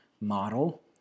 model